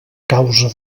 causa